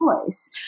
choice